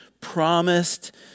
promised